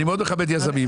אני מאוד מכבד יזמים,